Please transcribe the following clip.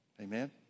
Amen